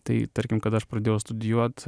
tai tarkim kada aš pradėjau studijuot